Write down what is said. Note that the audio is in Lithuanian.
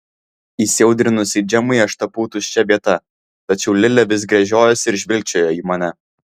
įsiaudrinusiai džemai aš tapau tuščia vieta tačiau lilė vis gręžiojosi ir žvilgčiojo į mane